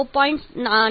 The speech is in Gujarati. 9 0